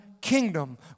kingdom